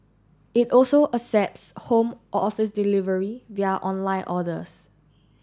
it also accepts home or office delivery via online orders